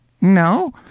No